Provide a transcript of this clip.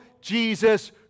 Jesus